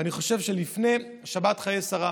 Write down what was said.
ואני חושב שלפני שבת חיי שרה,